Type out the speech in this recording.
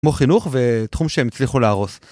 כמו חינוך ותחום שהם הצליחו להרוס.